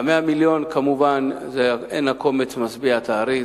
100 המיליון כמובן, אין הקומץ משביע את הארי.